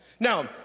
Now